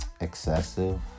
excessive